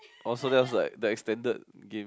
also else like they extended again